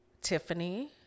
Tiffany